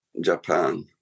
Japan